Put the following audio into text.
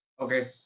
Okay